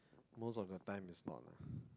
most of the time it's not lah